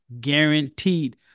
guaranteed